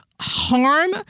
harm